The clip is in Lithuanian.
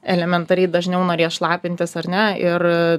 elementariai dažniau norės šlapintis ar ne ir